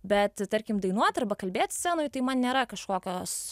bet tarkim dainuot arba kalbėt scenoj tai man nėra kažkokios